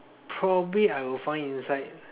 probably I will find inside